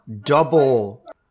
double